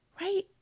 right